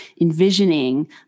envisioning